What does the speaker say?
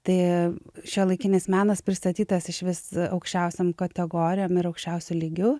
tai šiuolaikinis menas pristatytas išvis aukščiausiom kategorijom ir aukščiausiu lygiu